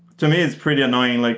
to me is pretty annoying. like